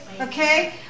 okay